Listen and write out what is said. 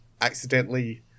accidentally